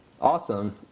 Awesome